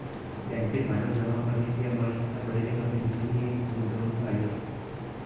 बँकेत भांडवल जमा करणे किंवा मालमत्ता खरेदी करणे ही एक गुंतवणूक आहे